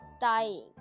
dying